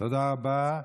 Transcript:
תודה רבה.